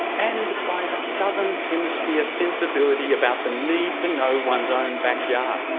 and by a southern hemisphere sensibility about the need to know one's own backyard,